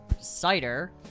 cider